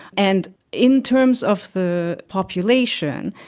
and in terms of the population,